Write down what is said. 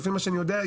לפי מה שאני יודע,